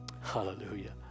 Hallelujah